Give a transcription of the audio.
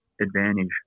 advantage